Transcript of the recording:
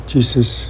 Jesus